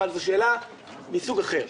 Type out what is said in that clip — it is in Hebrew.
אבל זו שאלה מסוג אחר.